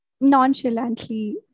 nonchalantly